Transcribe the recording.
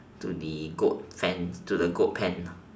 to the goat fence to the goat pen